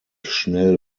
schnell